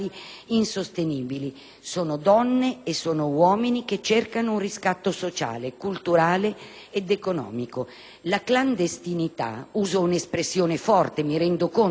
Sono donne e uomini che cercano un riscatto sociale, culturale ed economico. La clandestinità - uso un'espressione forte e mi rendo conto che è tale